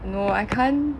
no I can't